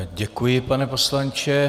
Děkuji, pane poslanče.